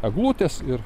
eglutės ir